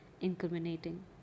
incriminating